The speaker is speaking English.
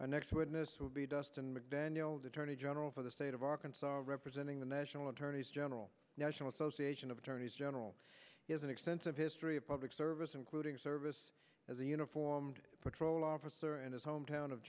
next witness will be dustin mcdaniel's attorney general for the state of arkansas representing the national attorneys general national association of attorneys general has an extensive history of public service including service as a uniformed patrol officer in his hometown of